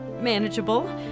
manageable